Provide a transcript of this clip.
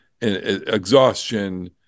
exhaustion